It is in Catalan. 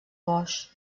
boix